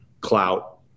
clout